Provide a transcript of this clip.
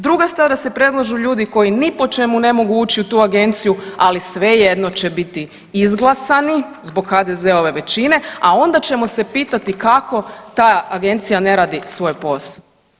Druga stvar, da se predlažu ljudi koji ni po čemu ne mogu ući u tu agenciju, ali svejedno će biti izglasani zbog HDZ-ove većine, a onda ćemo se pitati kako ta agencija ne radi svoj posao.